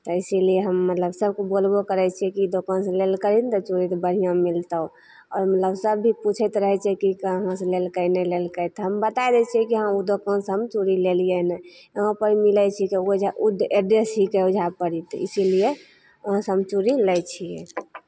आओर इसीलिए हम सभके बोलबो करै छिए कि दोकान हम लै ले कहीँ ने चूड़ी जे बढ़िआँ मिलतौ लोकसभ भी पूछैत रहै छै कि कहाँसे लेलकै नहि लेलकै तऽ हम बतै दै छिए कि हँ ओ दोकानसे हम चूड़ी लेलिए हँ वहाँपर मिलै छिकै ओहिजाँ एड्रेस छिकै वएहपर तऽ इसीलिए वहाँसे हम चूड़ी लै छिए